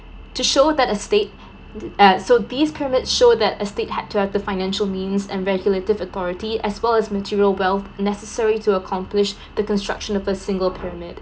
to show that a state uh so these pyramids show that a state had to have the financial means and regulative authority as well as material wealth necessary to accomplish the construction of a single pyramid